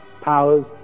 Powers